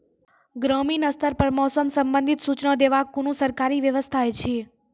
ग्रामीण स्तर पर मौसम संबंधित सूचना देवाक कुनू सरकारी व्यवस्था ऐछि?